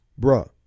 Bruh